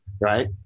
right